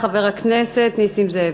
חבר הכנסת נסים זאב.